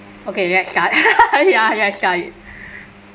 okay ya let's start ya ya let's start